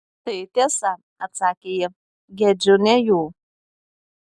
tai tiesa atsakė ji gedžiu ne jų